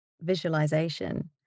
visualization